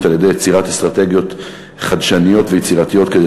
על-ידי יצירת אסטרטגיות חדשניות ויצירתיות כדי